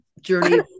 journey